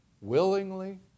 willingly